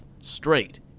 straight